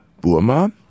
Burma